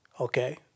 Okay